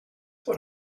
what